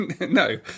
No